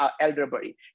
elderberry